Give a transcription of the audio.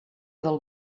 del